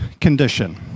condition